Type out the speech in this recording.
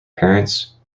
parents